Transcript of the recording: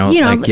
you know,